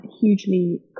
hugely